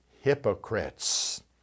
hypocrites